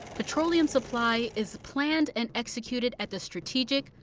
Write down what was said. petroleum supply is planned and executed at the strategic,